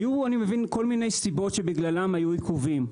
היו אני מבין כל מיני סיבות שבגללן היו עיכובים,